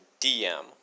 DM